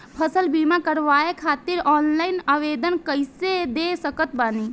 फसल बीमा करवाए खातिर ऑनलाइन आवेदन कइसे दे सकत बानी?